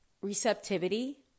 receptivity